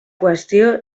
qüestió